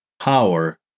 power